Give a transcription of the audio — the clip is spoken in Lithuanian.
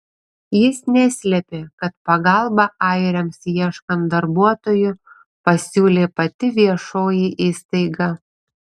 jis neslėpė kad pagalbą airiams ieškant darbuotojų pasiūlė pati viešoji įstaiga